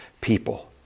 people